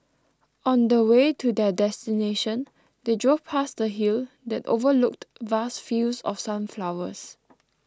on the way to their destination they drove past a hill that overlooked vast fields of sunflowers